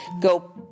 go